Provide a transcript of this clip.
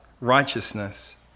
righteousness